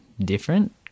different